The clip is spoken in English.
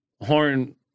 Horn